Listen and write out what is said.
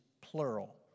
plural